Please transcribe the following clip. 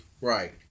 Right